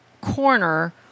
corner